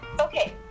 okay